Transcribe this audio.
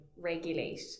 regulate